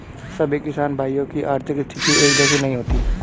सभी किसान भाइयों की आर्थिक स्थिति एक जैसी नहीं होती है